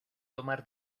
tomar